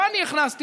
לא אני הכנסתי,